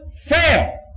fail